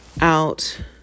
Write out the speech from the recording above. out